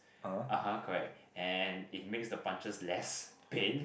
(uh huh) correct and it makes the punches less pain